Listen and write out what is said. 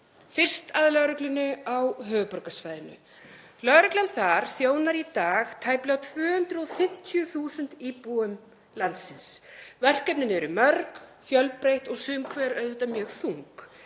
Fyrst að lögreglunni á höfuðborgarsvæðinu. Lögreglan þar þjónar í dag tæplega 250.000 íbúum landsins. Verkefnin eru mörg, fjölbreytt og sum hver auðvitað mjög þung.